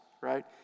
right